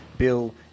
Bill